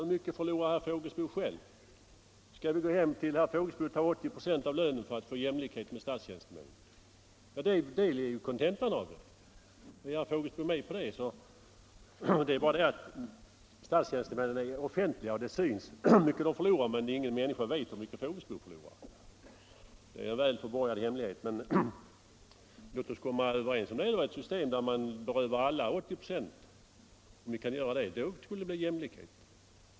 Hur mycket förlorar herr Fågelsbo själv? Skall vi gå hem till herr Fågelsbo och ta 80 96 av lönen för att få jämlikhet med statstjänstemännen? Det är ju kontentan av den uppfattning som här förts fram. Statstjänstemännens förhållanden är offentliga, och det syns hur mycket de får ha kvar, men det är ingen som vet hur mycket herr Fågelsbo har kvar. Det är en väl förborgad hemlighet. Låt oss komma överens om ett system där man berövar alla 80 A. Om vi kan göra det skulle det bli jämlikhet.